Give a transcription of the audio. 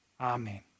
Amen